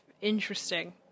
interesting